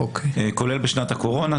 כולל בשנת הקורונה,